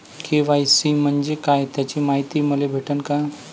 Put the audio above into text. KYC म्हंजे काय त्याची मायती मले भेटन का?